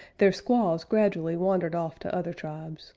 their squaws gradually wandered off to other tribes.